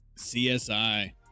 CSI